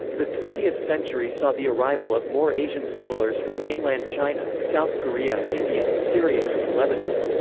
the twentieth century saw the arrival of more asian settlers from mainland china, south korea, india, syria, and lebanon.